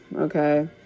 okay